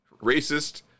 racist